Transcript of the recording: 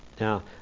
Now